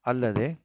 ಅಲ್ಲದೇ